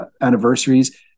anniversaries